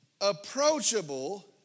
approachable